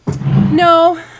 No